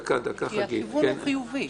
כי הכיוון הוא חיובי.